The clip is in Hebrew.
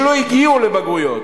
לא הגיעו לבגרויות.